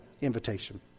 invitation